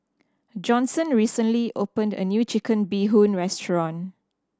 Johnson recently opened a new Chicken Bee Hoon restaurant